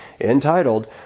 entitled